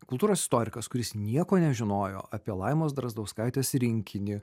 kultūros istorikas kuris nieko nežinojo apie laimos drazdauskaitės rinkinį